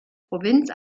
provinz